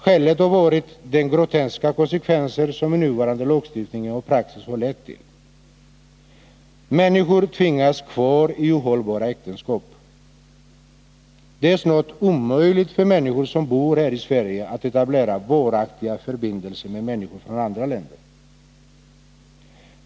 Skälet har varit de groteska konsekvenser som nuvarande lagstiftning och praxis har lett till. Människor tvingas kvar i ohållbara äktenskap. Det är snart omöjligt för människor som bor här i Sverige att etablera varaktiga förbindelser med människor från andra länder.